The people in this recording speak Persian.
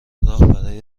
راه